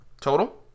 total